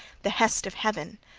the hest of heaven.